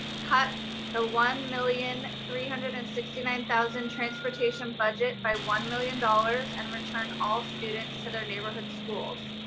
cut the one million three hundred and sixty nine thousand transportation budget by one million dollars and return all students to their neighborhood schools.